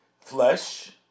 flesh